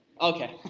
Okay